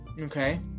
Okay